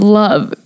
love